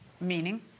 Meaning